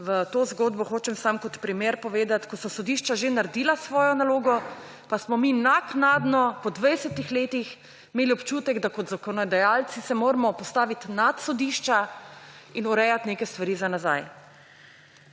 v to zgodbo, hočem samo kot primer povedati, ko so sodišča že naredila svojo nalogo, pa smo mi naknadno po 20 letih imeli občutek, da se kot zakonodajalci moramo postaviti nad sodišča in urejati neke stvari za nazaj.